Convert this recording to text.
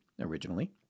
originally